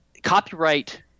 Copyright –